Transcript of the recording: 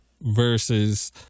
versus